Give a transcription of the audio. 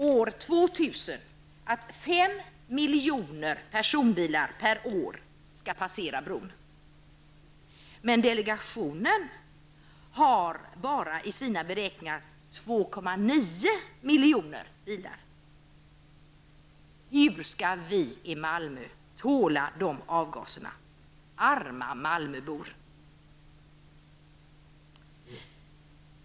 År 2000 kommer 5 milj. personbilar att passera bron per år. Men delegationen räknar bara med att 2,9 milj. bilar. Hur skall vi i Malmö tåla dessa avgaser? Arma Malmöbor!